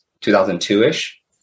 2002-ish